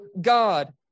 god